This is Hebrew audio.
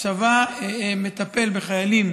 מטפל בחיילים